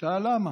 הוא שאל למה,